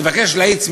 תבקש להאיץ.